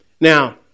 Now